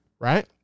right